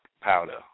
powder